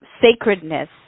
sacredness